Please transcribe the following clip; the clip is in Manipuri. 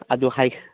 ꯑꯗꯨ ꯍꯥꯏ